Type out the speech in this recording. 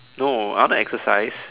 no I want to exercise